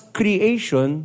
creation